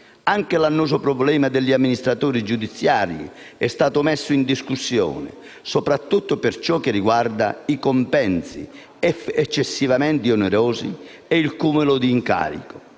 Anche l'annoso problema degli amministratori giudiziari è stato messo in discussione, soprattutto per ciò che riguarda i compensi eccessivamente onerosi e il cumulo di incarichi,